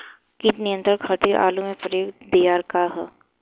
कीट नियंत्रण खातिर आलू में प्रयुक्त दियार का ह?